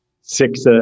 six